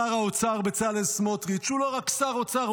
שר האוצר בצלאל סמוטריץ' הוא לא רק שר אוצר,